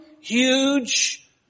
huge